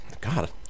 God